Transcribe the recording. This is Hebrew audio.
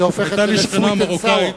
היתה לי שכנה מרוקאית